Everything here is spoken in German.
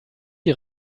die